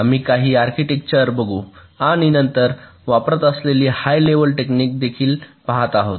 आम्ही काही आर्किटेक्चर बघू आणि नंतर वापरत असलेली हाय लेव्हल टेक्निक देखील पहात आहोत